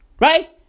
Right